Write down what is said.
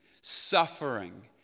suffering